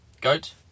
Goat